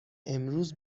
امروز